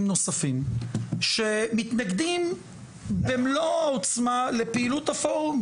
נוספים שמתנגדים במלוא העוצמה לפעילות הפורום,